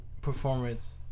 performance